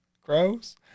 gross